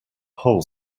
whole